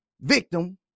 victim